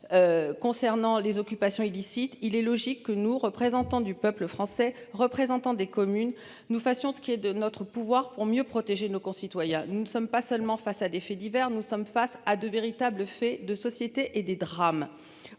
Concernant les occupations illicites. Il est logique que nous, représentants du peuple français, représentants des communes, nous fassions ce qui est de notre pouvoir pour mieux protéger nos concitoyens, nous ne sommes pas seulement face à des faits divers. Nous sommes face à de véritables faits de société et des drames